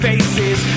Faces